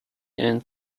and